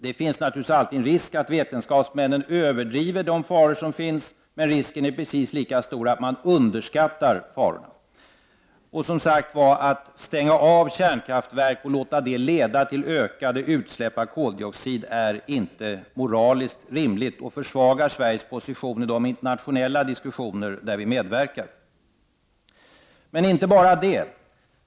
Det finns naturligtvis alltid en risk att vetenskapsmännen överdriver de faror som finns, men risken är precis lika stor att man underskattar farorna. Att stänga av kärnkraftverk och låta det leda till ökade utsläpp av koldioxid är, som sagt, inte moraliskt rimligt och försvagar Sveriges position i de internationella diskussioner där vi medverkar. Och inte bara det.